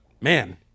man